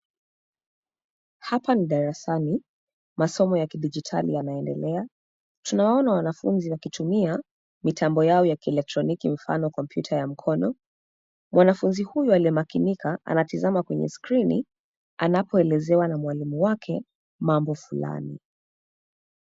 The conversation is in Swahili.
Hapa ni darasani masomo ya kidigitali yanaendelea, tunawaona wanafunzi wakitumia mitambo yao ya kieletroniki mfuno kompyuta ya mkono, mwanafunzi huyu aliye makinika anatazama kwenye skrini anapoelezewa na mwalimu wake mambo fulani.